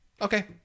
Okay